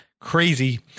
Crazy